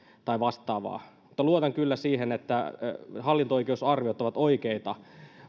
tai vastaavaa luotan kyllä siihen että hallinto oikeusarviot ovat oikeita